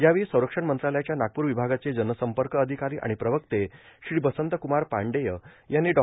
यावेळी संरक्षण मंत्रालयाच्या नागपूर विभागाचे जनसंपर्क अधिकारी आणि प्रवक्ते श्री बसंतकुमार पाण्डेय यांनी डॉ